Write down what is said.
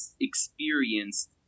experienced